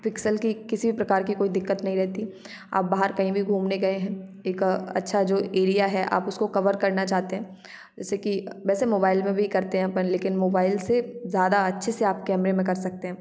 pixel की किसी भी प्रकार की कोई दिक्कत नहीं रहती आप बाहर कहीं भी घूमने गए हैं एक अ अच्छा जो एरिया है आप उसको कवर करना चाहते हैं जैसे कि अ वैसे मोबाइल में भी करते हैं अपन लेकिन मोबाइल से ज्यादा अच्छे से आप कैमरे में कर सकते हैं